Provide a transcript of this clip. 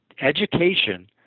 education